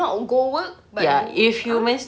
not go work but um ah